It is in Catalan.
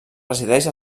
resideix